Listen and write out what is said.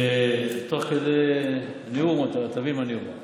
תוך כדי נאום אתה תבין מה אני אומר.